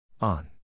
On